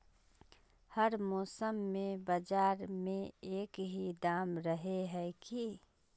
हर मौसम में बाजार में एक ही दाम रहे है की?